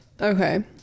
okay